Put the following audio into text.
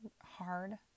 hard